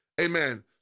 amen